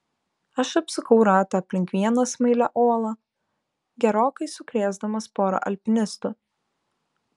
aš apsukau ratą aplink vieną smailią uolą gerokai sukrėsdamas porą alpinistų